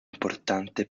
importante